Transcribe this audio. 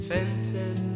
Fences